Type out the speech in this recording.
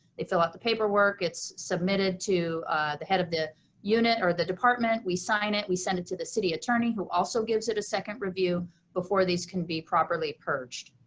they fill out the paperwork, it's submitted to the head of the unit or the department, we sign it, we send it to the city attorney who also gives it a second review before these can be properly purged.